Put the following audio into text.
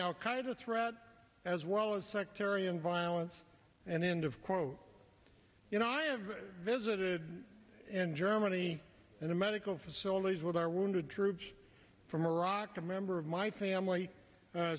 qaida threat as well as sectarian violence and end of quote you know i have visited in germany and the medical facilities with our wounded troops from iraq a member of my family